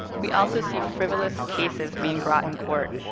we also see frivolous cases being brought in court.